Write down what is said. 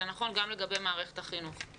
זה נכון גם לגבי מערכת החינוך.